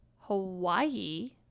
Hawaii